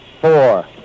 four